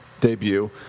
debut